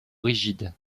rigide